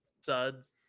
suds